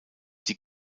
die